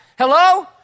Hello